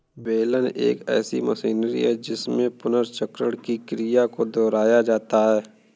बेलन एक ऐसी मशीनरी है जिसमें पुनर्चक्रण की क्रिया को दोहराया जाता है